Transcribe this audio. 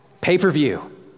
Pay-per-view